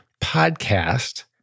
podcast